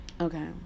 Okay